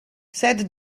said